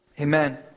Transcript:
Amen